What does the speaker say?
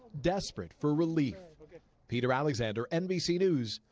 desperate for relief peter alexander, nbc news,